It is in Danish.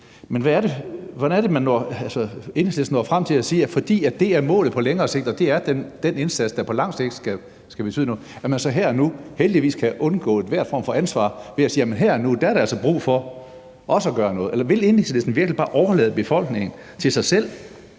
men hvordan er det, Enhedslisten når frem til at sige, at fordi det er målet på længere sigt, og at det er den indsats, der på lang sigt skal betyde noget, så kan man her og nu heldigvis undgå enhver form for ansvar ved at sige, at her og nu er der altså brug for også at gøre noget? Eller vil Enhedslisten virkelig bare overlade befolkningen til sig selv,